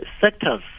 sectors